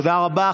תודה רבה.